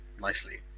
nicely